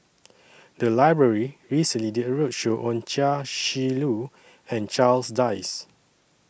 The Library recently did A roadshow on Chia Shi Lu and Charles Dyce